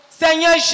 Seigneur